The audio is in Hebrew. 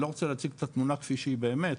אני לא רוצה להציג את התמונה כפי שהיא באמת,